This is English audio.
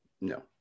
No